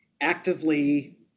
actively